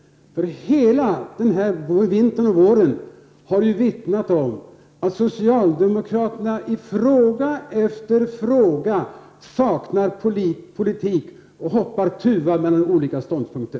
Hela vintern och våren har ju vittnat om att socialdemokraterna i fråga efter fråga saknar politik och hoppar tuva mellan olika ståndpunkter.